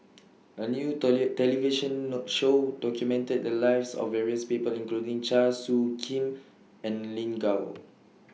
A New toilet television No Show documented The Lives of various People including Chua Soo Khim and Lin Gao